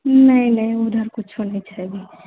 नै नै उधर कुच्छो नै छै अभी